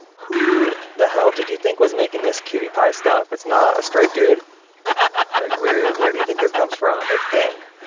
who the hell did you think was making this cutie pie stuff? it's not a straight dude ah like, where where do you think this comes from? it's pink.